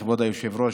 כבוד היושב-ראש,